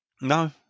No